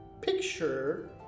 picture